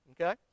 Okay